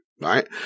right